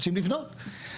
רוצים לבנות.